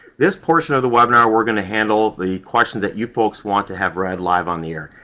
this portion of the webinar we're going to handle the questions that you folks want to have read live on the air.